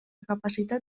capacitat